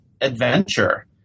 adventure